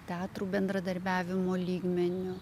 teatrų bendradarbiavimo lygmeniu